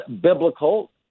biblical